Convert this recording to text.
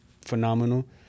phenomenal